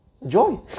enjoy